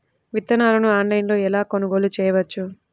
విత్తనాలను ఆన్లైనులో ఎలా కొనుగోలు చేయవచ్చు?